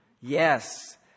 Yes